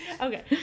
okay